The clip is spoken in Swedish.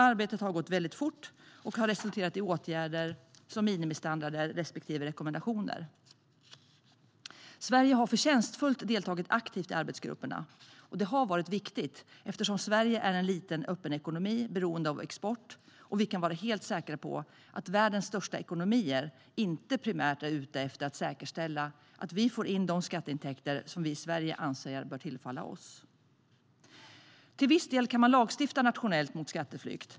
Arbetet har gått väldigt fort och har resulterat i åtgärder som minimistandarder respektive rekommendationer. Sverige har förtjänstfullt deltagit aktivt i arbetsgrupperna. Det har varit viktigt eftersom Sverige är en liten och öppen ekonomi, beroende av export. Och vi kan vara helt säkra på att världens största ekonomier inte primärt är ute efter att säkerställa att vi får in de skatteintäkter som vi i Sverige anser bör tillfalla oss. Till viss del kan man lagstifta nationellt mot skatteflykt.